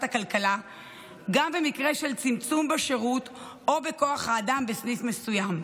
הכלכלה גם במקרה של צמצום בשירות או בכוח האדם בסניף מסוים.